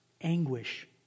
anguish